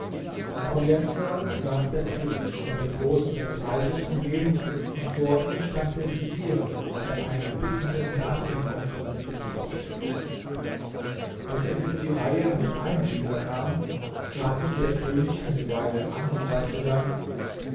audienzsaal saß der könig von den großen seines reiches umgeben und vor ihm stand der vezier der einen bittenden nach dem anderen ihm vorstellte als endlich die reihe an den einsiedler kam sah ihn der könig eine weile an und sagte dann